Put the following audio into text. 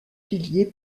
piliers